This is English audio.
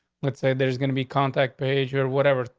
let's say there's gonna be contact page or whatever.